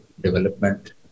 development